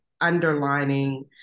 underlining